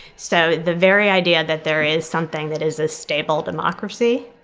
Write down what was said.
so the very idea that there is something that is a stable democracy,